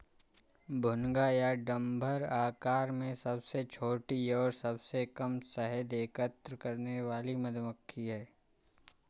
भुनगा या डम्भर आकार में सबसे छोटी और सबसे कम शहद एकत्र करने वाली मधुमक्खी है